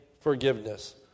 forgiveness